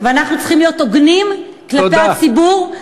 ואנחנו צריכים להיות הוגנים כלפי הציבור, תודה.